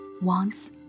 wants